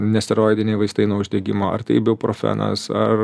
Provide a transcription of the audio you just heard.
nesteroidiniai vaistai nuo uždegimo ar tai ibuprofenas ar